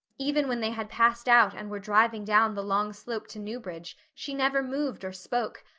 even when they had passed out and were driving down the long slope to newbridge she never moved or spoke.